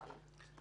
בסדר?